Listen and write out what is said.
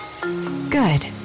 Good